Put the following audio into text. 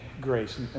grace